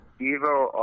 Evo